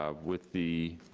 ah with the